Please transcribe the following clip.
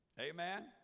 Amen